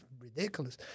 ridiculous